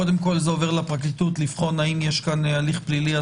קודם כל זה עובר לפרקליטות לבחינה האם יש כאן הליך פלילי,